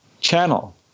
Channel